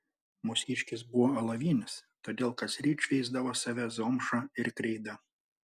mūsiškis buvo alavinis todėl kasryt šveisdavo save zomša ir kreida